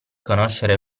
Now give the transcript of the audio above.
conoscere